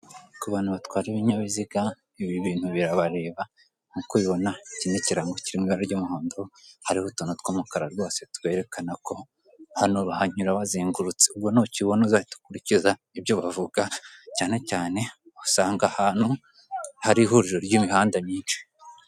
Ku bantu batwara ibinyabiziga ibi bintu birabareba nk'uko ubibona iki ni ikirango kiri mu ibara ry'umuhondo, hariho utuntu tw'umukara rwose twerekana ko hano bahanyura bazengurutse, ubwo nukibona uzahite ukurikiza ibyo bavuga cyane cyane ugisanga ahantu hari ihuriro ry'imihanda myinshi.